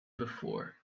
before